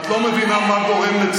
מה אתה אומר?